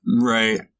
Right